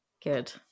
good